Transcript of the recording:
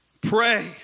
Pray